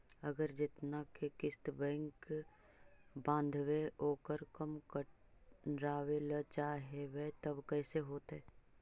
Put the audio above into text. अगर जेतना के किस्त बैक बाँधबे ओकर कम करावे ल चाहबै तब कैसे होतै?